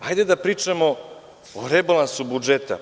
Hajde da pričamo o rebalansu budžeta.